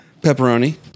Pepperoni